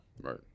right